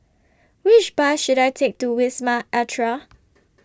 Which Bus should I Take to Wisma Atria